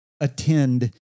attend